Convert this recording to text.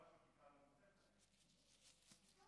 חברת הכנסת מיכאלי, חמש דקות.